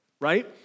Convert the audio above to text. right